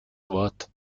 wort